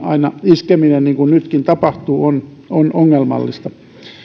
iskeminen niin kuin nytkin tapahtuu on on ongelmallista